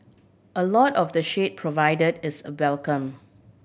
a lot of the shade provided is a welcome